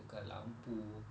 tukar lampu